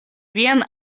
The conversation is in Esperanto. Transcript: vian